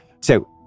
So-